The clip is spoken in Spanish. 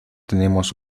tenemos